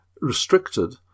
restricted